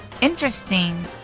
Interesting